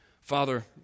Father